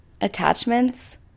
attachments